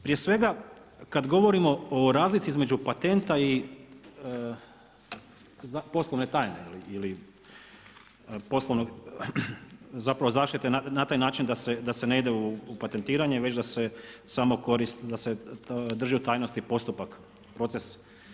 Prije svega, kada govorimo o razlici između patenta i poslovne tajne ili poslovnog zapravo zaštite na taj način da se ne ide u patentiranje, već da se drži u tajnosti postupak, proces.